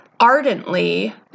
Ardently